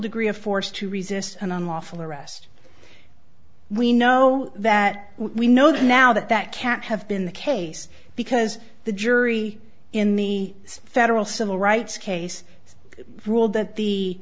degree of force to resist an unlawful arrest we know that we know that now that that can't have been the case because the jury in the federal civil rights case ruled that the